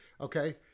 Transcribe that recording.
Okay